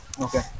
Okay